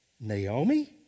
Naomi